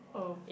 oh